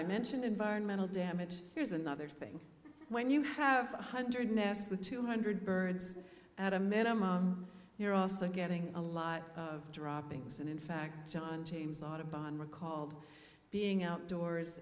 i mentioned environmental damage here's another thing when you have one hundred nest with two hundred birds at a minimum you're also getting a lot of droppings and in fact john james audubon recalled being outdoors